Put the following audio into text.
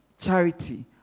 charity